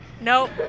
Nope